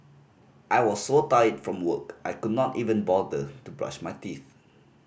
I was so tired from work I could not even bother to brush my teeth